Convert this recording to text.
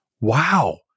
wow